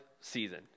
season